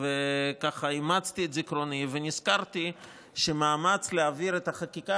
אז אימצתי את זיכרוני ונזכרתי שמאמץ להעביר את החקיקה